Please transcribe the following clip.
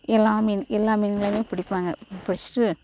எல்லா மீன் எல்லா மீன்களையுமே பிடிப்பாங்க பிடிச்சிட்டு